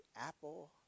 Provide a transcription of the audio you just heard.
apple